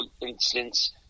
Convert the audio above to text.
instance